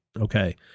okay